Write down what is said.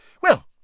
Well